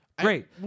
Great